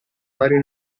varie